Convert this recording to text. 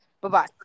Bye-bye